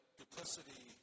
duplicity